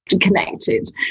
connected